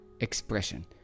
expression